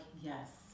yes